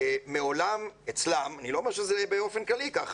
שמעולם אני לא אומר שזה באופן כללי כך,